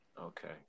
Okay